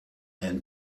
and